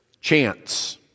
Chance